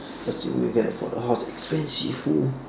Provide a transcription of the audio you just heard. assuming if you can afford the house expensive !woo!